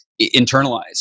internalize